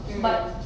mm